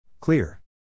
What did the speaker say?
Clear